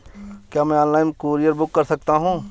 क्या मैं online courier book कर सकता हूँ?